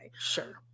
Sure